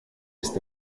ist